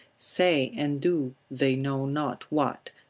say and do they know not what,